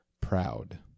proud